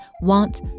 want